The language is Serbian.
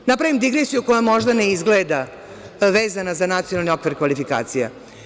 Da napravim digresiju koja možda ne izgleda vezano za nacionalni okvir kvalifikacija.